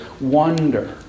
wonder